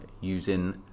using